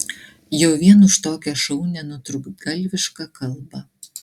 jau vien už tokią šaunią nutrūktgalvišką kalbą